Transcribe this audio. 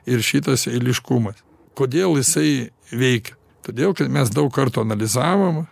ir šitas eiliškumas kodėl jisai veikia todėl kad mes daug kartų analizavom